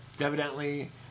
evidently